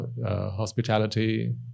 hospitality